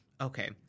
Okay